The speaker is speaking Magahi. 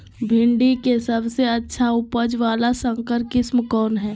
भिंडी के सबसे अच्छा उपज वाला संकर किस्म कौन है?